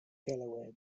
delaware